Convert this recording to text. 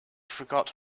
forgot